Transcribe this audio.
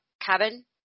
Cabin